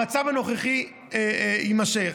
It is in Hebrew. המצב הנוכחי יימשך.